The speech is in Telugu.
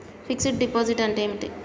ఫిక్స్ డ్ డిపాజిట్ అంటే ఏమిటి?